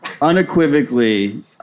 unequivocally